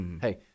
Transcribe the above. Hey